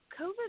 COVID